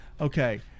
Okay